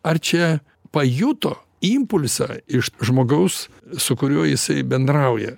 ar čia pajuto impulsą iš žmogaus su kuriuo jisai bendrauja